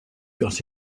got